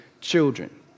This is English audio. children